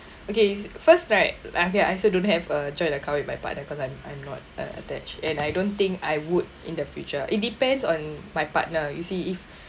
okay first right I feel I also don't have a joint account with my partner cause I'm I'm not uh attached and I don't think I would in the future it depends on my partner you see if